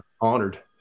honored